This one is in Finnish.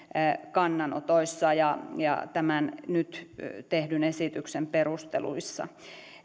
kannanotoissa ja ja tämän nyt tehdyn esityksen perusteluissa